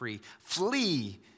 Flee